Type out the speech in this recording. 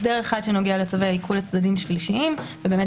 הסדר אחד נוגע לצווי העיקול לצדדים שלישיים ובאמת